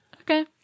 Okay